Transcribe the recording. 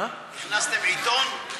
הכנסתם עיתון?